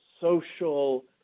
social